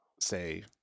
say